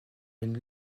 une